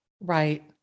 Right